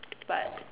but